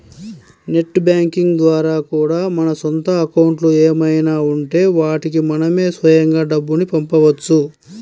net banking ద్వారా కూడా మన సొంత అకౌంట్లు ఏమైనా ఉంటే వాటికి మనమే స్వయంగా డబ్బుని పంపవచ్చు